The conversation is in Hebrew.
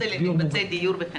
הצגת לנו נתונים כל כך